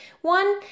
One